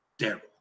Daryl